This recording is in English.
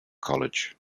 college